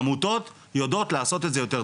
העמותות יודעות לעשות את זה יותר טוב,